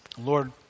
Lord